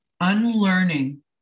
unlearning